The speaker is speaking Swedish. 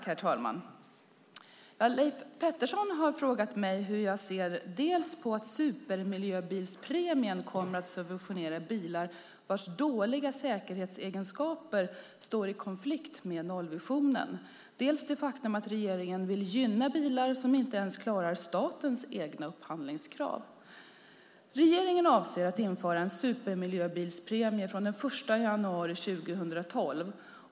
Herr talman! Leif Pettersson har frågat mig hur jag ser på dels att supermiljöbilspremien kommer att subventionera bilar vars dåliga säkerhetsegenskaper står i konflikt med nollvisionen, dels det faktum att regeringen vill gynna bilar som inte ens klarar statens egna upphandlingskrav. Regeringen avser att införa en supermiljöbilspremie från den 1 januari 2012.